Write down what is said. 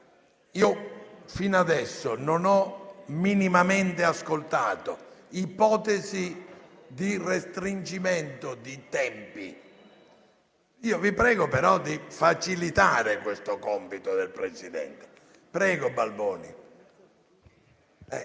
Io fino ad ora non ho minimamente ascoltato ipotesi di restringimento dei tempi. Io vi prego però di facilitare questo compito del Presidente.